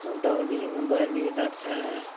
उँधौली उँभौली गर्छ